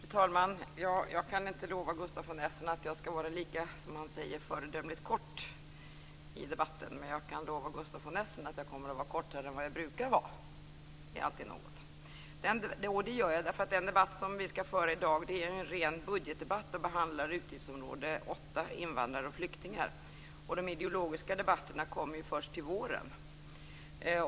Fru talman! Jag kan inte lova Gustaf von Essen att jag skall vara, som han säger, lika föredömligt kort i debatten. Men jag kan lova Gustaf von Essen att jag kommer att var kortare än jag brukar vara. Det är alltid något. Det gör jag därför att den debatt som vi skall föra i dag är en ren budgetdebatt och behandlar utgiftsområde 8 Invandrare och flyktingar. De ideologiska debatterna kommer först till våren.